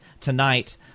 tonight